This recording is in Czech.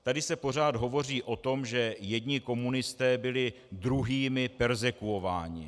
Tady se pořád hovoří o tom, že jedni komunisté byli druhými perzekvováni.